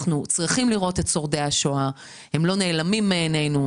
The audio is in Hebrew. אנחנו צריכים לראות את שורדי השואה ושלא יהיו נעלמים מעינינו.